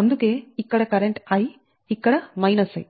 అందుకే ఇక్కడ current I ఇక్కడ I